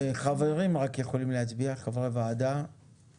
רק חברי ועדה יכולים להצביע.